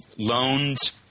loans